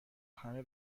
همه